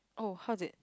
oh how was it